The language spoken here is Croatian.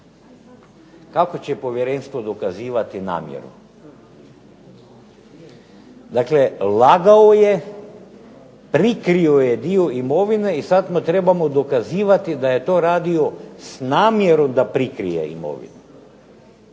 Kako će povjerenstvo dokazivati namjeru? Dakle lagao je, prikrio je dio imovine i sad mu trebamo dokazivati da je to radio s namjerom da prikrije imovinu.